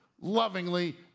lovingly